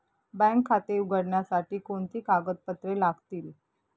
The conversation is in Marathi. बँक खाते उघडण्यासाठी कोणती कागदपत्रे लागतील?